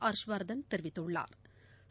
ஹா்ஷ்வா்தன் தெரிவித்துள்ளாா்